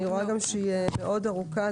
אני רואה גם שהיא מאוד ארוכה.